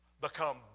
Become